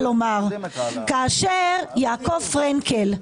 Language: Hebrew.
כאשר יעקב פרנקל,